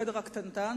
החדר הקטנטן,